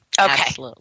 okay